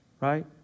right